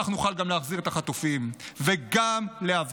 וכך נוכל גם להחזיר את החטופים וגם